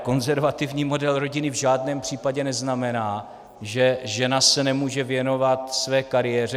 Konzervativní model rodiny ale v žádném případě neznamená, že se žena nemůže věnovat své kariéře.